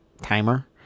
timer